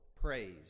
Praise